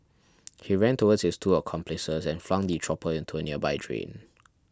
he ran towards his two accomplices and flung the chopper into a nearby drain